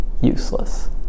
useless